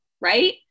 right